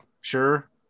sure